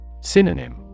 Synonym